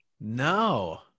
No